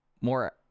more